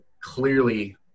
clearly